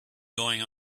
going